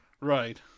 Right